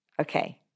Okay